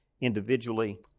individually